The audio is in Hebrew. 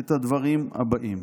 את הדברים הבאים,